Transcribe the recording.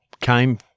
came